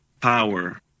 power